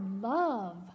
love